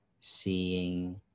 seeing